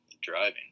driving